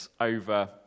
over